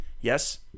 Yes